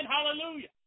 Hallelujah